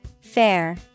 Fair